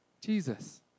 Jesus